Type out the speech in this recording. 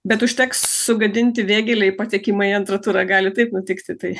bet užteks sugadinti vėgėlei patekimą į antrą turą gali taip nutikti tai